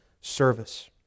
service